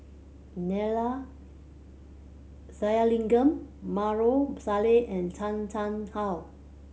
Neila Sathyalingam Maarof Salleh and Chan Chang How